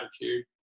attitude